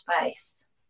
space